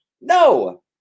No